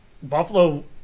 Buffalo